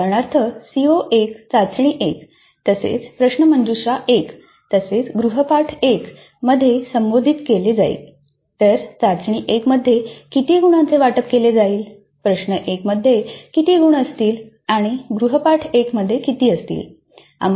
उदाहरणार्थ सीओ 1 चाचणी 1 तसेच प्रश्नमंजुषा 1 तसेच गृहपाठ 1 मध्ये संबोधित केला जाईल तर चाचणी 1 मध्ये किती गुणांचे वाटप केले जाईल प्रश्न 1 मध्ये किती गुण असतील आणि गृहपाठ 1 मध्ये किती असतील